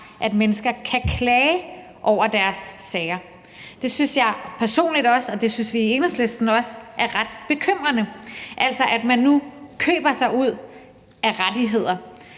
at mennesker kan klage over deres sager. Det synes både Enhedslisten og jeg personligt er ret bekymrende, altså at man nu køber sig ud af rettigheder.